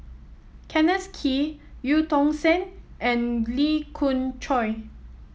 Kenneth Kee Eu Tong Sen and Lee Khoon Choy